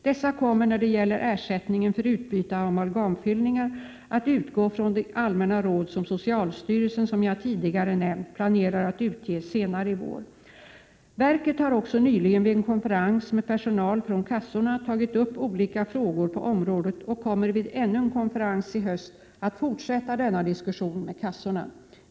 Dessa kommer när det gäller ersättningen för utbyte av amalgamfyllningar att utgå från de allmänna råd som socialstyrelsen, som jag tidigare nämnt, planerar att utge senare i vår. Verket har också nyligen vid en konferens med personal från kassorna tagit upp olika frågor på området och kommer vid ännu en konferens i höst att fortsätta denna diskussion med kassorna.